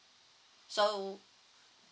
so